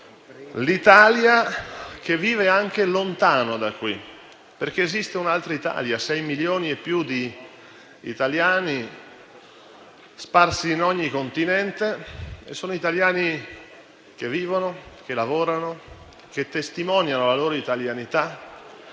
L'Italia vive anche lontano da qui, perché esiste un'altra Italia: sei milioni e più di italiani sparsi in ogni Continente sono italiani che vivono, che lavorano, che testimoniano la loro italianità